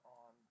on